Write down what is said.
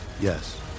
Yes